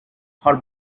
her